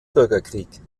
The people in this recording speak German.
bürgerkrieg